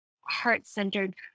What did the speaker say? heart-centered